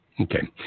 Okay